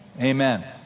Amen